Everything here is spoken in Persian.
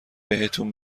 بهتون